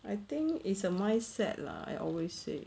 I think is a mindset lah I always say